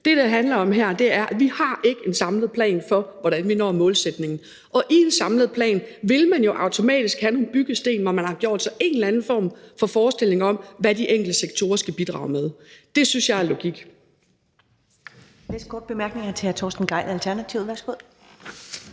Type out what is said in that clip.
Det, det handler om her, er, at vi ikke har en samlet plan for, hvordan vi når målsætningen. Og i en samlet plan vil man jo automatisk have nogle byggesten, hvor man har gjort sig en eller anden form for forestilling om, hvad de enkelte sektorer skal bidrage med. Det synes jeg er logik.